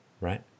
right